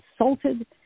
insulted